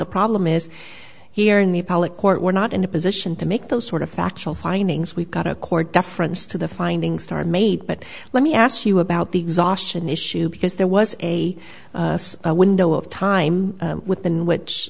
the problem is here in the appellate court we're not in a position to make those sort of factual findings we've got a court deference to the findings star made but let me ask you about the exhaustion issue because there was a window of time within which